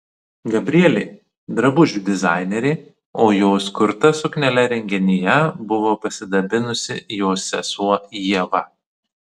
gabrielė drabužių dizainerė o jos kurta suknele renginyje buvo pasidabinusi jos sesuo ieva